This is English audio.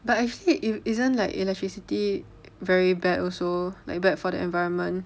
but actually !ee! isn't like electricity very bad also like bad for the environment